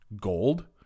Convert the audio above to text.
gold